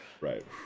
right